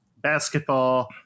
basketball